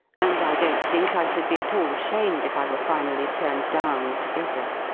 and i don't think i should be at all shamed if i were finally turned down altogether.